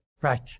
Right